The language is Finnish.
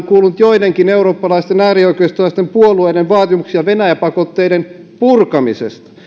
kuulunut joidenkin eurooppalaisten äärioikeistolaisten puolueiden vaatimuksia venäjä pakotteiden purkamisesta